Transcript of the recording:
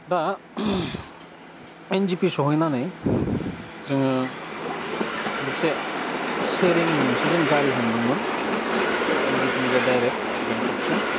दा N J P सहैनानै जोङो मोनसे शेयारिं मोनसे जों गारि हमदोंमोन एनजिपिनिफ्राय दाइरेक्ट गेंगटकसिम